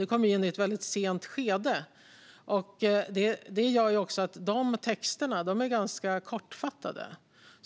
De kom in i ett sent skede, och det gjorde att de texterna är ganska kortfattade.